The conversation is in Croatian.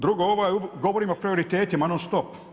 Drugo, ovo govorim o prioritetima non stop.